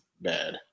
bad